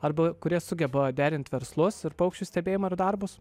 arba kurie sugeba derinti verslus ir paukščių stebėjimą ir darbus